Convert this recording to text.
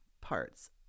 parts